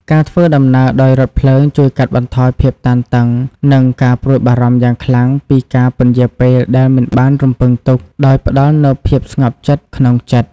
ការធ្វើដំណើរដោយរថភ្លើងជួយកាត់បន្ថយភាពតានតឹង និងការព្រួយបារម្ភយ៉ាងខ្លាំងអំពីការពន្យារពេលដែលមិនបានរំពឹងទុក ដោយផ្តល់នូវភាពស្ងប់ចិត្តក្នុងចិត្ត។